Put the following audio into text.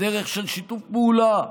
בדרך של שיתוף פעולה,